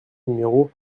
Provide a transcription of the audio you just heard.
numéro